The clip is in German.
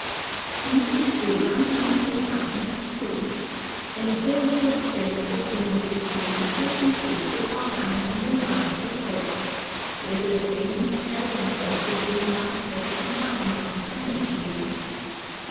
wind und seegang nahmen gegen abend zu eine hohe sturzwelle zertrümmerte die schneehütte und fegte frau hanne an den rand der scholle josephs behendigkeit und geistesgegenwart retteten abermals ein menschenleben